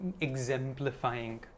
exemplifying